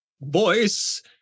voice